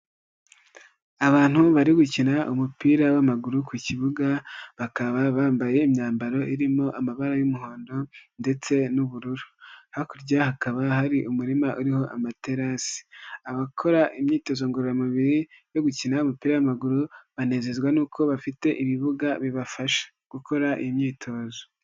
Abantu bari gukina umupira w'amaguru ku kibuga bakaba bambaye imyambaro irimo amabara y'umuhondo ndetse n'ubururu, hakurya hakaba hari umurima uriho amatarasi, abakora imyitozo ngororamubiri yo gukina umupira w'amaguru banezezwa nuko bafite ibibuga bibafasha gukora imyitozo.